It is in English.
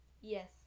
Yes